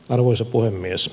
arvoisa puhemies